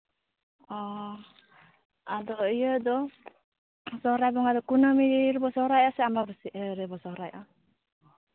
ᱚ ᱟᱫᱚ ᱤᱭᱟᱹ ᱫᱚ ᱥᱚᱦᱨᱟᱭ ᱵᱚᱸᱜᱟ ᱨᱮ ᱠᱩᱱᱟᱹᱢᱤ ᱨᱮᱵᱚ ᱥᱚᱦᱨᱟᱭᱚᱜᱼᱟ ᱥᱮ ᱟᱢᱵᱟᱵᱟᱹᱥᱭᱟᱹ ᱨᱮᱵᱚ ᱥᱚᱦᱨᱟᱭᱚᱜᱼᱟ